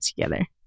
together